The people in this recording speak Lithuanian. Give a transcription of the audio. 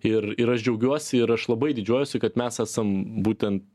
ir ir aš džiaugiuosi ir aš labai didžiuojuosi kad mes esame būten